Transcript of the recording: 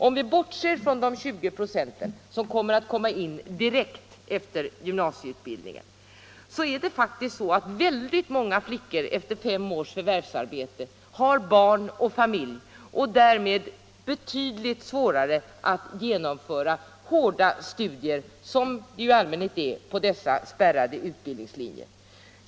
Om vi bortser från de 20 96 som kommer in direkt efter gymnasieutbildningen, så är det faktiskt på det sättet att väldigt många flickor efter fem års förvärvsarbete har barn och familj och därmed betydligt svårare att genomföra hårda studier, som det ju i allmänhet är på dessa spärrade utbildningslinjer.